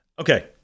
Okay